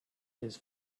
his